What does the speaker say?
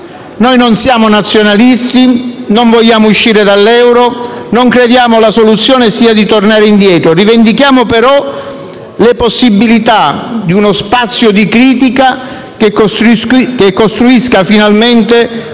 Noi non siamo nazionalisti, non vogliamo uscire dall'euro, non crediamo che la soluzione sia di tornare indietro; rivendichiamo però le possibilità di uno spazio di critica che costruisca finalmente un'Europa